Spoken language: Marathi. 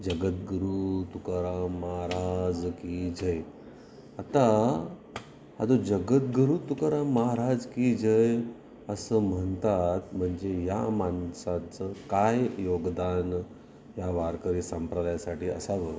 जगद्गुरु तुकाराम महाराज की जय आता हा जो जगद्गुरू तुकाराम महाराज की जय असं म्हणतात म्हणजे या मानसाचं काय योगदान ह्या वारकरी संप्रदायासाठी असावं